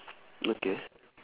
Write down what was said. okay